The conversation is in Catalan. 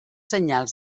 senyals